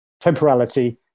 temporality